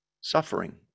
suffering